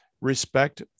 respect